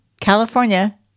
California